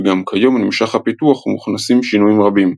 וגם כיום נמשך הפיתוח ומוכנסים שינויים רבים.